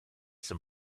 some